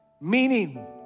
meaning